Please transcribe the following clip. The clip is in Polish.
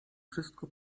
wszystko